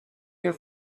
your